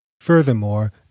Furthermore